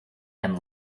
and